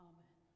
Amen